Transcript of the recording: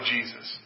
Jesus